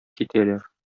китәләр